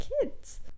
kids